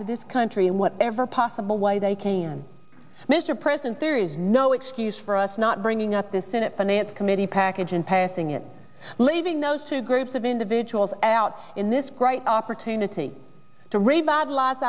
to this country in whatever possible way they came in mr president there is no excuse for us not bringing up this senate finance committee package and passing it leaving those two groups of individuals out in this great opportunity to revitalize